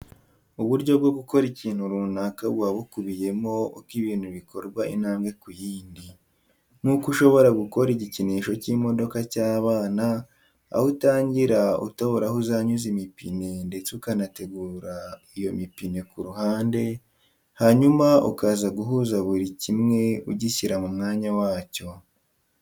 Uburyo bwo gukora ikintu runaka buba bukubiyemo uko ibintu bikorwa intambwe ku yindi. Nkuko ushobora gukora igikinisho cy'imodoka cy'abana aho utangira utobora aho uzanyuza imipine ndetse ukanategura iyo mipine ku ruhande hanyuma ukaza guhuza buri kimwe ugishyira mu mwanya wacyo.